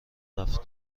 رفت